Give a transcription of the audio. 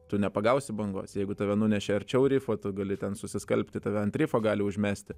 tu nepagausi bangos jeigu tave nunešė arčiau rifo tu gali ten susiskalbti tave ant rifo gali užmesti